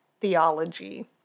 theology